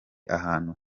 ahantu